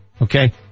Okay